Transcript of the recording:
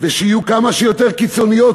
ושיהיו כמה שיותר קיצוניות,